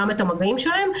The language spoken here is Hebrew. גם את המגעים שלהם.